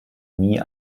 nie